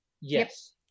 Yes